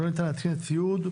לא ניתן להתקין ציוד,